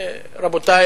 רבותי,